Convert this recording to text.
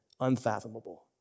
unfathomable